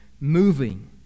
moving